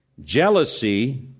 jealousy